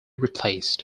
replaced